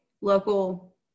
local